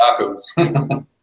tacos